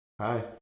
hi